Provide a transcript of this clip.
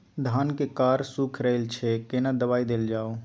धान के कॉर सुइख रहल छैय केना दवाई देल जाऊ?